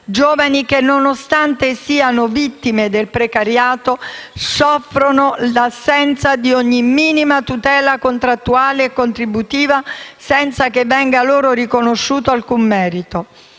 Giovani che, nonostante siano vittime del precariato e soffrano dell'assenza di ogni minima tutela contrattuale e contributiva senza che venga loro riconosciuto alcun merito,